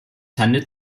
handelt